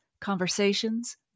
conversations